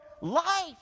life